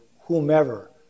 whomever